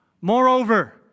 Moreover